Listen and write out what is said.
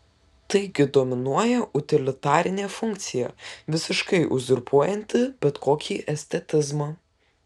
taigi dominuoja utilitarinė funkcija visiškai uzurpuojanti bet kokį estetizmą